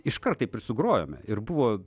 iškart taip ir sugrojome ir buvo